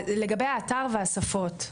לגבי האתר והשפות,